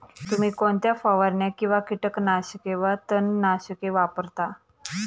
तुम्ही कोणत्या फवारण्या किंवा कीटकनाशके वा तणनाशके वापरता?